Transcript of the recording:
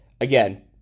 again